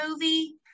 movie